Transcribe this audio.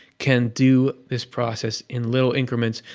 can do this process in little increments.